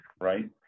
right